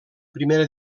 primera